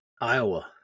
Iowa